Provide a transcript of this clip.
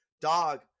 Dog